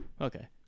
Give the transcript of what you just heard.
Okay